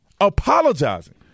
apologizing